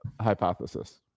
hypothesis